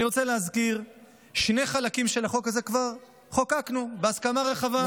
אני רוצה להזכיר שני חלקים של החוק הזה שכבר חוקקנו בהסכמה רחבה,